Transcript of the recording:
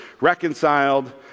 reconciled